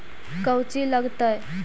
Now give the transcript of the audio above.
कौची लगतय?